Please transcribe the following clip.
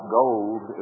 gold